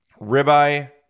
ribeye